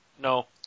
No